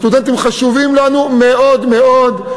הסטודנטים חשובים לנו מאוד מאוד.